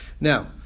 now